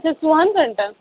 ژُوہَن گنٹَن